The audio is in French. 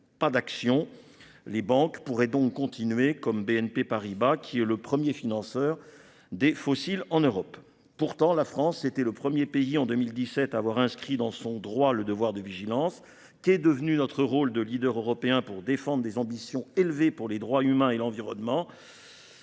pas d'action, les banques pourraient donc continuer comme BNP Paribas qui est le 1er financeur des fossiles en Europe. Pourtant la France était le 1er pays en 2017 à avoir inscrit dans son droit le devoir de vigilance qu'est devenu notre rôle de leader européen pour défendre des ambitions élevées pour les droits humains et l'environnement.